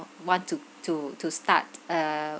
want to to to start a